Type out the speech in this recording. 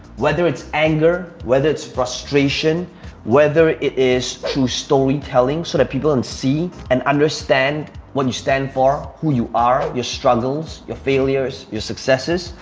whether it's anger, whether it's frustration, whether it is through story telling so that people can and see and understand what you stand for, who you are, your struggles, your failures, your successes.